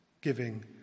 giving